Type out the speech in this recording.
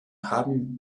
haben